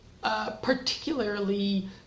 Particularly